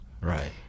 Right